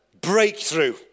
breakthrough